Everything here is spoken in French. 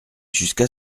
jusqu’à